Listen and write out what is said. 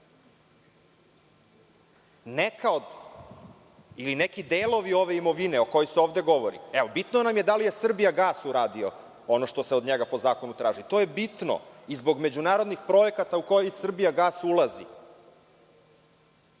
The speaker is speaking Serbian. sporazuma. Neki delovi ove imovine o kojoj se ovde govori. Evo, bitno nam je da li je „Srbijagas“ uradio ono što se od njega po zakonu traži. To je bitno i zbog međunarodnih projekata u koje „Srbijagas“ ulazi.